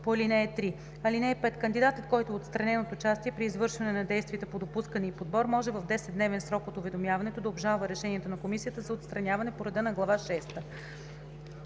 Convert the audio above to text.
по ал. 3. (5) Кандидат, който е отстранен от участие при извършване на действията по допускане и подбор, може в 10-дневен срок от уведомяването да обжалва решението на комисията за отстраняване по реда на Глава